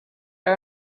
are